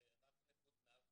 רק נכות מעל 5%,